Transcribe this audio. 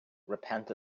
repent